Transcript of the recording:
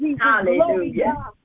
Hallelujah